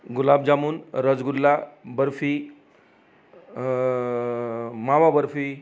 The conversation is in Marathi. गुलाबजामुून रसगुल्ला बर्फी मावा बर्फी